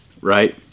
right